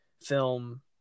film